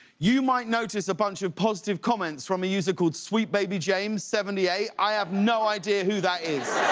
you might notice a bunch of positive comments from a user called sweet baby james seventy eight. i have no idea who that is.